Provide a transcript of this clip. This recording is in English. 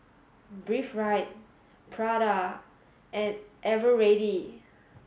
Breathe Right Prada and Eveready